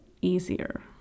easier